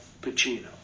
Pacino